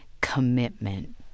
commitment